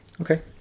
Okay